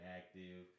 active